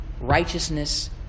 righteousness